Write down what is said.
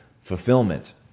fulfillment